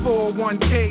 401k